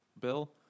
Bill